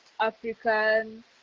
African